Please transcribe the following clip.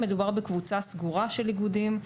מדובר בקבוצה סגורה של איגודים,